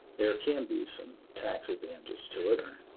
there can be some tax advantages to it.